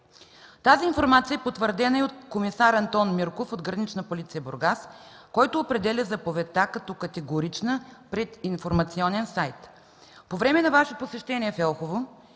Тази информация е потвърдена и от комисар Антон Мирков от „Гранична полиция“ – Бургас, който определя заповедта като категорична пред информационен сайт. По време на Ваше посещение в Елхово